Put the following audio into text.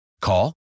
Call